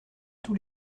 tous